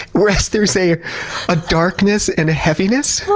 whereas there's a ah a darkness and a heaviness